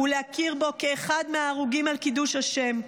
ולהכיר בו כאחד מההרוגים על קידוש השם.